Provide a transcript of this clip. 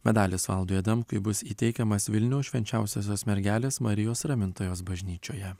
medalis valdui adamkui bus įteikiamas vilniaus švenčiausiosios mergelės marijos ramintojos bažnyčioje